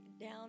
down